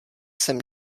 sem